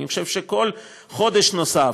אני חושב שכל חודש נוסף,